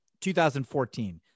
2014